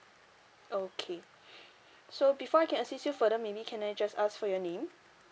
okay so before I can assist you further maybe can I just ask for your name